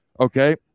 Okay